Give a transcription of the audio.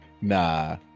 Nah